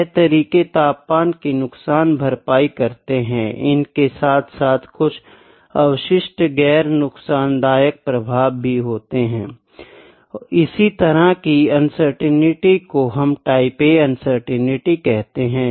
यह तरीके तापमान कि नुकसान भरपाई करते हैं इनके साथ साथ कुछ अवशिष्ट गैर नुकसानदायक प्रभाव भी होते हैं इस तरह की अनसर्टेंटी को हम टाइप A अनसर्टेंटी कहते हैं